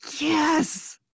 Yes